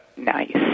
Nice